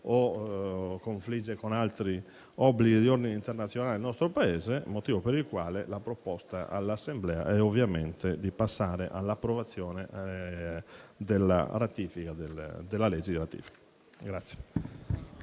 né confligge con altri obblighi di ordine internazionale del nostro Paese. Per tale motivo la proposta all'Assemblea è ovviamente di passare all'approvazione della legge di ratifica.